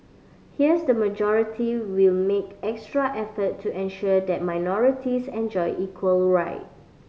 here's the majority will make extra effort to ensure that minorities enjoy equal right